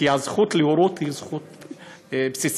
כי הזכות להורות היא זכות בסיסית.